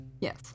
Yes